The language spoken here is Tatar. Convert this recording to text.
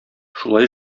шулай